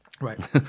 right